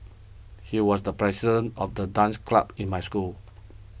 he was the president of the dance club in my school